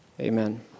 amen